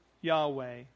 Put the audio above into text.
Yahweh